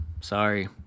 Sorry